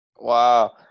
Wow